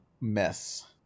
mess